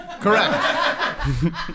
Correct